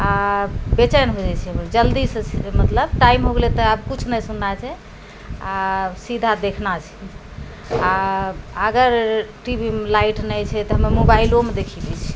आओर बेचैन हो जाइ छिए जल्दीसँ मतलब टाइम हो गेलै तऽ आब किछु नहि सुननाइ छै आओर सीधा देखना छै आओर अगर टीवीमे लाइट नहि छै तऽ हमे मोबाइलोमे देखि लै छिए